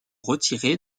retirées